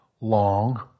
long